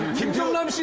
kim jungnam